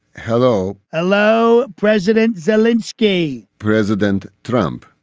hello. hello. president zelinski, president trump,